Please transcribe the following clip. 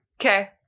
okay